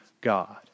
God